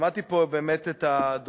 שמעתי פה באמת את הדוברים.